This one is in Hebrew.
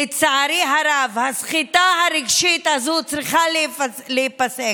לצערי הרב, הסחיטה הרגשית הזאת צריכה להיפסק.